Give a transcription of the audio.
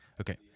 Okay